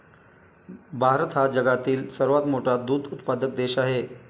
भारत हा जगातील सर्वात मोठा दूध उत्पादक देश आहे